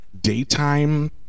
daytime